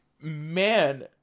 man